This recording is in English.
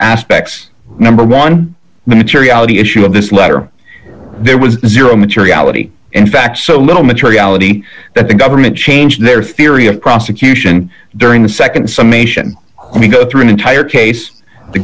aspects number one the materiality issue of this letter there was zero materiality in fact so little materiality that the government changed their theory of prosecution during the nd some nation we go through an entire case the